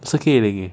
是